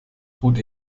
ruht